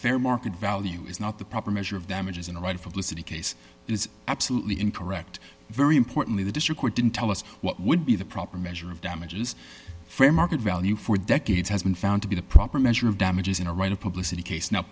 fair market value is not the proper measure of damages in a right for the city case is absolutely incorrect very importantly the district court didn't tell us what would be the proper measure of damages for market value for decades has been found to be the proper measure of damages in a right of publicity case now